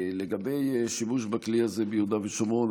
אשר לשימוש בכלי הזה ביהודה ושומרון,